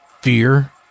Fear